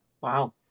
Wow